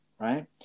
Right